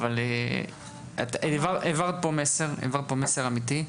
העברת פה מסר אמתי,